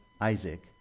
Isaac